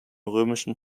römischen